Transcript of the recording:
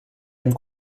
hem